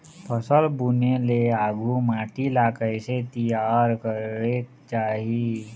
फसल बुने ले आघु माटी ला कइसे तियार करेक चाही?